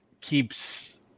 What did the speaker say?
keeps